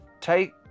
Take